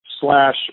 slash